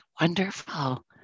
wonderful